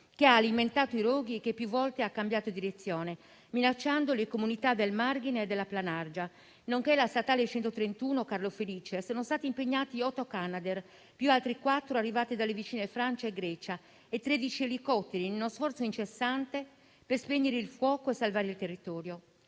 che ha alimentato i roghi, e che più volte ha cambiato direzione minacciando le comunità del Marghine e della Planargia, nonché la strada statale 131 Carlo Felice. Sono stati impegnati otto Canadair, più altri quattro arrivati dalle vicine Francia e Grecia, e tredici elicotteri, in uno sforzo incessante per spegnere il fuoco e salvare il territorio.